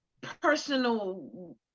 personal